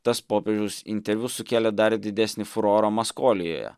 tas popiežiaus interviu sukėlė dar didesnį furorą maskolijoje